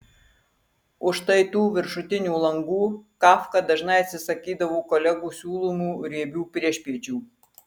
už štai tų viršutinių langų kafka dažnai atsisakydavo kolegų siūlomų riebių priešpiečių